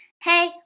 Hey